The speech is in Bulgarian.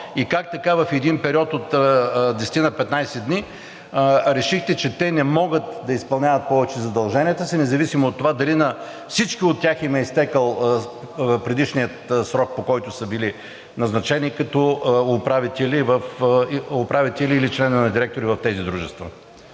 и как така в един период от десетина-петнадесет дни решихте, че те не могат да изпълняват повече задълженията си, независимо от това дали на всички от тях им е изтекъл предишният срок, по който са били назначени като управители или членове на директори в тези дружества?